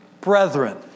Brethren